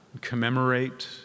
commemorate